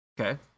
Okay